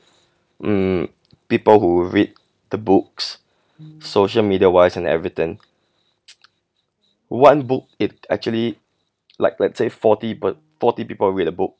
um people who read the books social media wise and have written one book it actually like let's say fourty pe~ fourty people read a book